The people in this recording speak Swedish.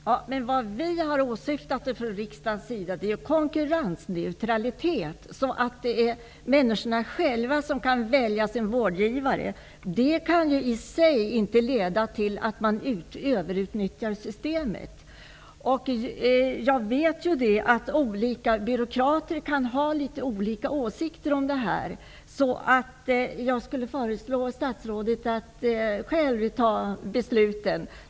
Fru talman! Vad vi har åsyftat från riksdagens sida är konkurrensneutralitet, så att människorna själva kan välja sina vårdgivare. Det kan i sig inte leda till att systemet överutnyttjas. Jag vet att olika byråkrater kan ha litet olika åsikter om detta. Jag vill därför föreslå att statsrådet själv tar besluten.